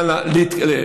מה לעשות?